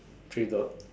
three doll~